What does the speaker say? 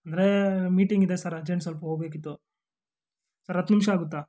ಅಂದರೆ ಮೀಟಿಂಗ್ ಇದೆ sir urgent ಸ್ವಲ್ಪ ಹೋಗ್ಬೇಕಿತ್ತು ಸರ್ ಹತ್ತು ನಿಮಿಷ ಆಗುತ್ತಾ